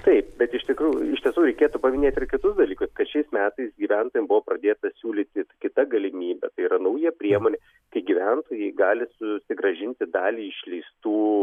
taip bet iš tikrųjų iš tiesų reikėtų paminėt ir kitus dalykus kad šiais metais gyventojam buvo pradėta siūlyti kita galimybė tai yra nauja priemonė kai gyventojai gali susigrąžinti dalį išleistų